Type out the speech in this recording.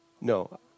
No